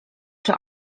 czy